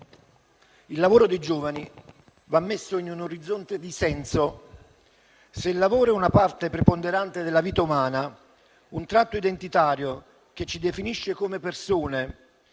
il lavoro dei giovani va messo in un orizzonte di senso. Se il lavoro è una parte preponderante della vita umana, un tratto identitario che ci definisce come persone,